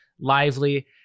lively